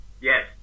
Yes